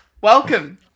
Welcome